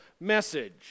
message